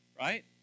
Right